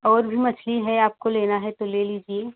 और भी मछली है आपको लेना है तो ले लीजिए